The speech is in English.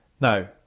Now